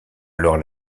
alors